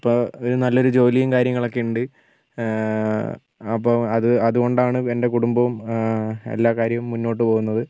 ഇപ്പം ഒരു നല്ലൊരു ജോലിയും കാര്യങ്ങളൊക്കെയുണ്ട് അപ്പോൾ അത് അതുകൊണ്ടാണ് എൻ്റെ കുടുംബവും എല്ലാ കാര്യവും മുന്നോട്ട് പോകുന്നത്